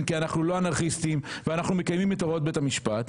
כי אנחנו לא אנרכיסטים ואנחנו מקיימים את הוראות בית המשפט.